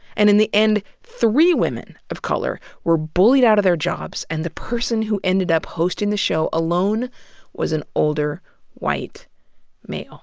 and in the end, three women of color were bullied out of their jobs and the person who ended up hosting the show alone was an older white male